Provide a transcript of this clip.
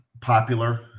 popular